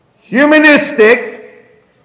humanistic